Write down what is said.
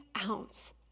ounce